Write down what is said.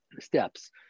steps